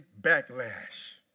backlash